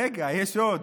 רגע, יש עוד.